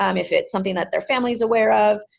um if it's something that their family is aware of,